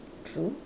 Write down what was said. true